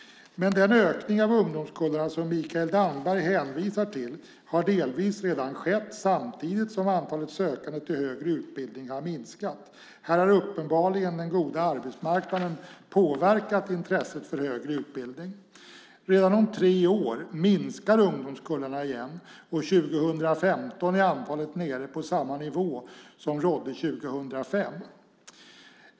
Men den ökning av ungdomskullarna som Mikael Damberg hänvisar till har delvis redan skett samtidigt som antalet sökande till högre utbildning har minskat. Här har uppenbarligen den goda arbetsmarknaden påverkat intresset för högre utbildning. Redan om tre år minskar ungdomskullarna igen och 2015 är antalet nere på samma nivå som rådde 2005.